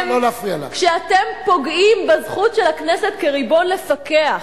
כשאתם פוגעים בזכות של הכנסת כריבון לפקח,